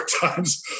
times